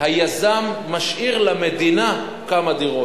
היזם משאיר למדינה כמה דירות.